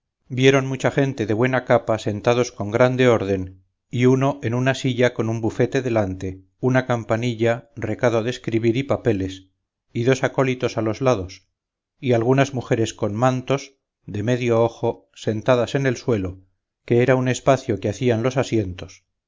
vieron mucha gente de buena capa sentados con grande orden y uno en una silla con un bufete delante una campanilla recado de escribir y papeles y dos acólitos a los lados y algunas mujeres con mantos de medio ojo sentadas en el suelo que era un espacio que hacían los asientos